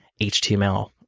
HTML